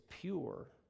pure